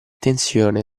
tensione